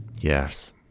Yes